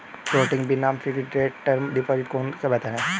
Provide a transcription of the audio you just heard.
Floating बनाम fixed rate term deposit कौन सा बेहतर है?